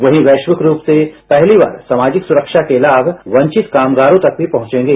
वहीं वैश्विक रूप से पहली बार सामाजिक सुरक्षा के लाभ वंचित कामगारों तक भी पहुंचेंगे